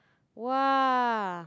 !wah!